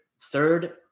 third